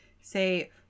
say